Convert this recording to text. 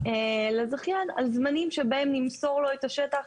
לזכיין על זמנים שבהם נמסור לו את השטח.